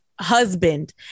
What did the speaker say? husband